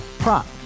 Prop